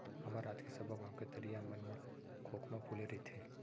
हमर राज के सबो गॉंव के तरिया मन म खोखमा फूले रइथे